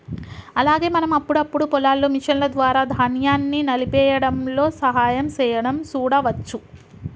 అలాగే మనం అప్పుడప్పుడు పొలాల్లో మిషన్ల ద్వారా ధాన్యాన్ని నలిపేయ్యడంలో సహాయం సేయడం సూడవచ్చు